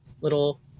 little